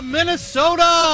Minnesota